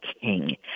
King